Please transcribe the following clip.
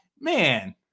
man